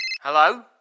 Hello